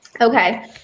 Okay